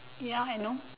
ya I know